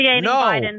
No